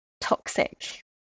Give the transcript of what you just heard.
toxic